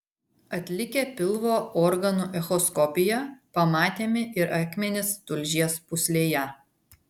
atlikę pilvo organų echoskopiją pamatėme ir akmenis tulžies pūslėje